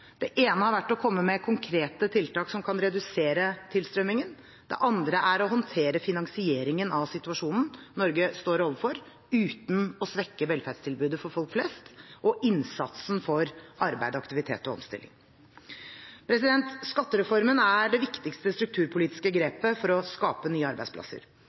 Det ene har vært å komme med konkrete tiltak som kan redusere tilstrømningen, det andre er å håndtere finansieringen av situasjonen Norge står overfor, uten å svekke velferdstilbudet for folk flest og innsatsen for arbeid, aktivitet og omstilling. Skattereformen er det viktigste strukturpolitiske grepet for å skape nye arbeidsplasser.